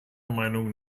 meinung